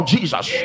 Jesus